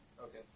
Okay